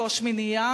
או השמינייה,